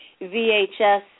VHS